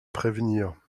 prévenir